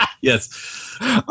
Yes